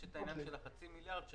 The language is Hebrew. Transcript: יש את העניין של חצי מיליארד.